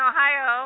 Ohio